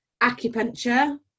acupuncture